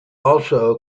also